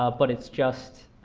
ah but it's just